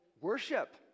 worship